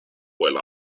while